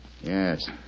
Yes